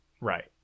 Right